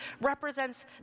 represents